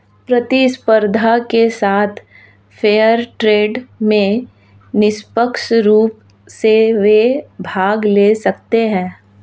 प्रतिस्पर्धा के साथ फेयर ट्रेड में निष्पक्ष रूप से वे भाग ले सकते हैं